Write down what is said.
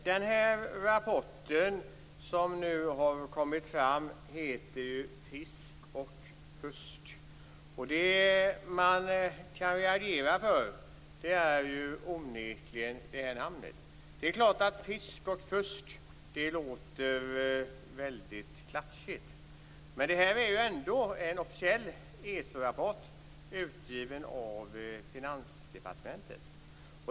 Herr talman! Den rapport som nu har kommit heter alltså Fisk och fusk. Det man kan reagera mot är onekligen namnet. Det är klart att Fisk och fusk låter väldigt klatschigt. Men det här är ändå en officiell ESO-rapport, utgiven av Finansdepartementet.